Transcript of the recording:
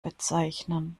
bezeichnen